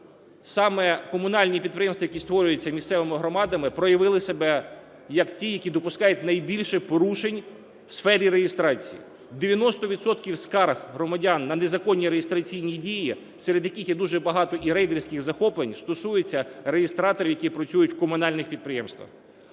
саме комунальні підприємства, які створюються місцевими громадами, проявили себе як ті, які допускають найбільше порушень в сфері реєстрації. 90 відсотків скарг громадян на незаконні реєстраційні дії, серед яких є дуже багато і рейдерських захоплень, стосуються реєстраторів, які працюють в комунальних підприємствах.